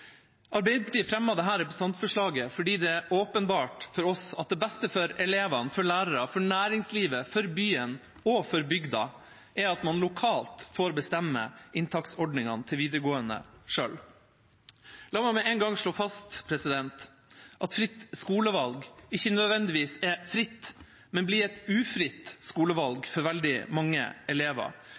Arbeiderpartiet fremmet dette representantforslaget fordi det er åpenbart for oss at det beste for elevene, for lærere, for næringslivet, for byen og for bygda er at man lokalt får bestemme inntaksordningene til videregående selv. La meg med en gang slå fast at fritt skolevalg ikke nødvendigvis er fritt, men blir et ufritt skolevalg for veldig mange elever,